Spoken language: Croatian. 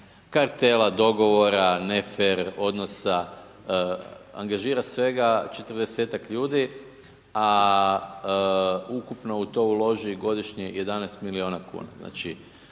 kartela, dogovora, ne fer odnosa, angažira svega 40-ak ljudi a ukupno u to uloži godišnje 11 milijuna kuna. Znači